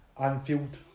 Anfield